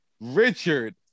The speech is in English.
Richard